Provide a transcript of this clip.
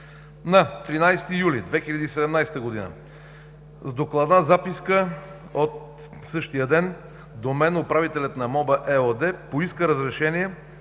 На 13 юли 2017 г. с докладна записка от същия ден до мен управителят на „МОБА“ ЕООД поиска разрешение